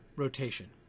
Rotation